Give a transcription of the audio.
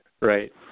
Right